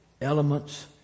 elements